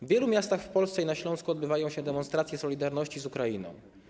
W wielu miastach w Polsce, m.in. na Śląsku, odbywają się demonstracje solidarności z Ukrainą.